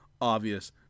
obvious